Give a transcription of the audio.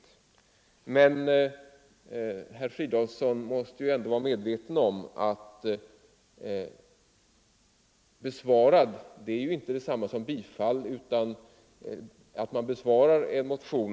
Men herr Fridolfsson måste väl ändå vara medveten om att besvarad inte är detsamma som tillstyrkt. Att man förklarar en motion